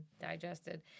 digested